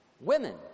women